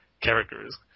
characters